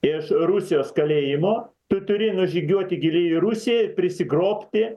iš rusijos kalėjimo tu turi nužygiuoti giliai į rusiją i prisigrobti